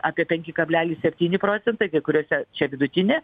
apie penki kablelis septyni procentai kai kuriuose čia vidutinė